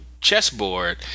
chessboard